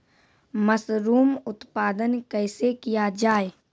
Mushroom उत्पादन कैसे किया जाय?